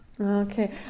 Okay